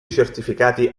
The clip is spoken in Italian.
certificati